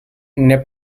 nez